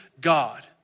God